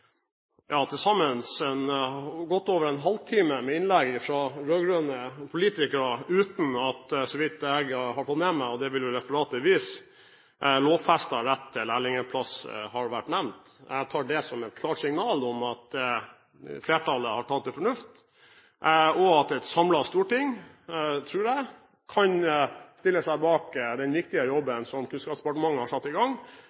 vil jo referatet vise – lovfestet rett til lærlingplasser har vært nevnt. Jeg tar det som et klart signal om at flertallet har tatt til fornuft, og at et samlet storting, tror jeg, kan stille seg bak den viktige jobben som Kunnskapsdepartementet har satt i gang